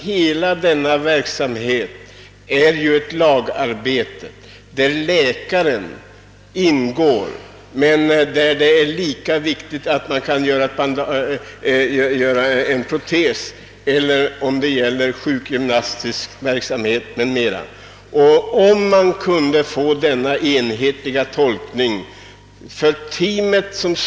Hela denna verksamhet är emellertid ett lagarbete, vari läkare ingår, men det är lika viktigt att man kan tillverka en protes, bedriva sjukgymnastverksamhet o.s.v. Att en enhetlig tolkning skall gälla teamet är önskvärt.